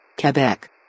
Quebec